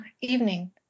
Evening